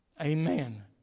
Amen